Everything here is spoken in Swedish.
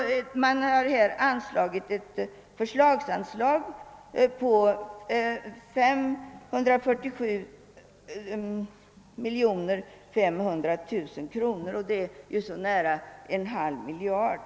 Totalt har för dessa ändamål upptagits ett förslagsanslag på 547 500 000 kronor, alltså över en halv miljard.